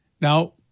Now